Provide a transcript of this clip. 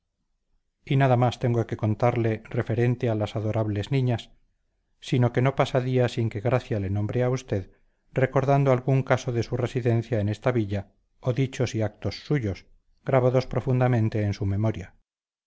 y nada más tengo que contarle referente a las adorables niñas sino que no pasa día sin que gracia le nombre a usted recordando algún caso de su residencia en esta villa o dichos y actos suyos grabados profundamente en su memoria